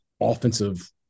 offensive